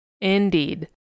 Indeed